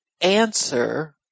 answer